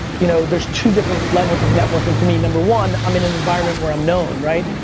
you know, there's two different levels of networking for me. number one, i'm in an environment where i'm known, right?